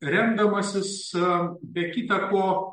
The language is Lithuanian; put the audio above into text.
remdamasis be kita ko